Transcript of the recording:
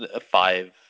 five